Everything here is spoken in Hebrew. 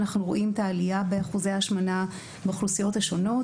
אנחנו רואים את העלייה באחוזי ההשמנה באוכלוסיות השונות.